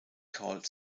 called